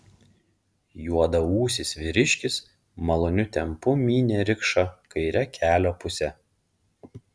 juodaūsis vyriškis maloniu tempu mynė rikšą kaire kelio puse